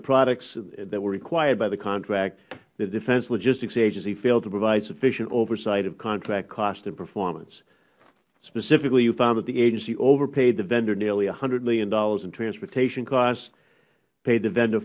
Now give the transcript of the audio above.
the products that were required by the contract the defense logistics agency failed to provide sufficient oversight of contract cost and performance specifically you found that the agency overpaid the vendor nearly one hundred dollars million in transportation costs paid the vendor